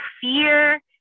fear